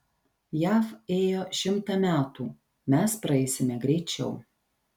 jav ėjo šimtą metų mes praeisime greičiau